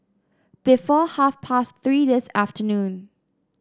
before half past Three this afternoon